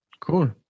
Cool